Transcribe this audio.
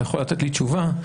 יכול לתת לי תשובה?